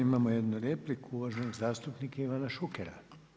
Imamo jednu repliku, uvaženog zastupnika Ivana Šukera.